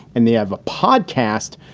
and they have a podcast,